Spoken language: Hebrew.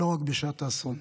לא רק בשעת אסון.